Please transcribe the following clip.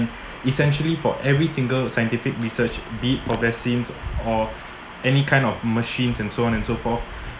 n~ essentially for every single scientific research be it for vaccines or any kind of machines and so on and so forth